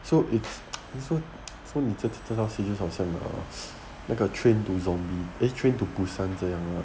so it's so this [one] so 你这几这个 series 好像 err 那个 train to zombie eh train to busan 这样啊